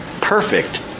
perfect